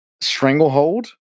Stranglehold